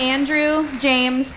andrew james